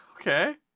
Okay